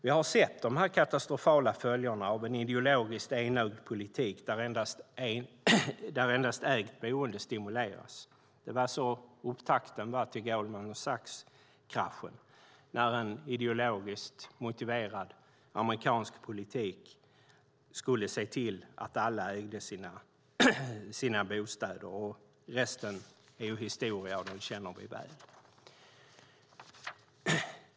Vi har sett de katastrofala följderna av en ideologiskt enad politik där endast ägt boende stimuleras. Det var det som var upptakten till Goldman Sachs-kraschen, en ideologiskt motiverad amerikansk politik som skulle se till att alla ägde sina bostäder. Resten är historia, och den känner vi väl.